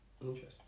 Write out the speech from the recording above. Interesting